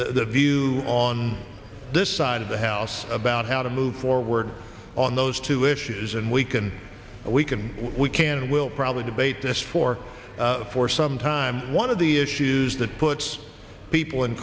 the view on this side of the house about how to move forward on those two issues and we can we can we can we'll probably debate this for for some time one of the issues that puts people in